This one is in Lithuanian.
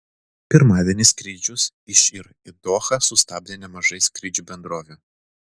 pirmadienį skrydžius iš ir į dohą sustabdė nemažai skrydžių bendrovių